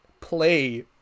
play